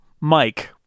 Mike